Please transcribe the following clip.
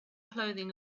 clothing